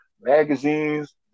magazines